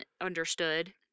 understood